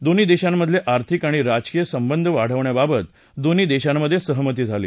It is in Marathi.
दोन्ही देशांमधले आर्थिक आणि राजकीय संबंध वाढवण्याबाबत दोन्ही देशांमधे सहमती झाली